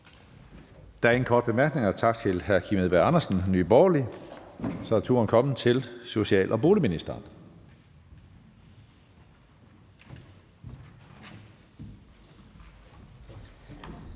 Der er ingen korte bemærkninger. Tak til hr. Kim Edberg Andersen, Nye Borgerlige. Så er turen kommet til social- og boligministeren.